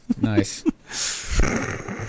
Nice